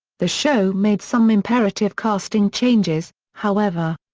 the show made some imperative casting changes, however.